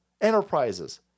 enterprises